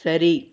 சரி